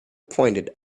pointed